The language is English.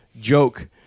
joke